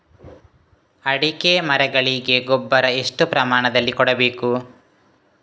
ಅಡಿಕೆ ಮರಗಳಿಗೆ ಗೊಬ್ಬರ ಎಷ್ಟು ಪ್ರಮಾಣದಲ್ಲಿ ಕೊಡಬೇಕು?